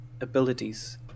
abilities